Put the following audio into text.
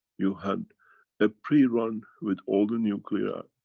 you had a pre-run with all the nuclear